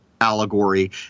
allegory